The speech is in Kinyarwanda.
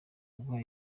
guha